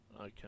Okay